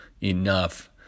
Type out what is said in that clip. enough